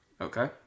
Okay